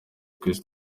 twese